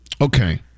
Okay